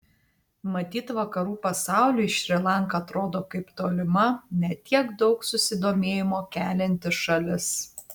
matyt vakarų pasauliui šri lanka atrodo kaip tolima ne tiek daug susidomėjimo kelianti šalis